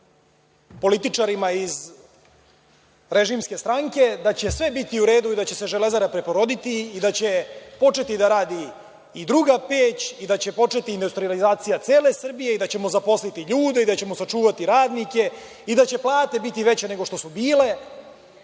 političarima iz režimske stranke da će sve biti u redu, da će se „Železara“ preporoditi i da će početi da radi i druga peć, da će početi industrijalizacija cele Srbije, da ćemo zaposliti ljude, da ćemo sačuvati radnike i da će plate biti veće nego što su bile?